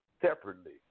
separately